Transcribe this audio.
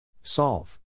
Solve